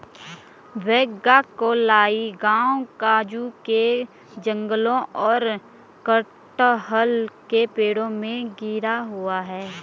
वेगाक्कोलाई गांव काजू के जंगलों और कटहल के पेड़ों से घिरा हुआ है